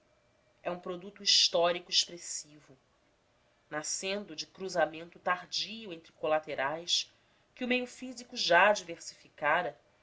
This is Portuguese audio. é um produto histórico expressivo nascendo de cruzamento tardio entre colaterais que o meio físico já diversificara